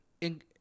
in-